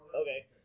Okay